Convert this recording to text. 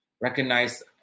recognize